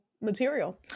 material